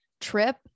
trip